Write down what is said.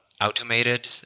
automated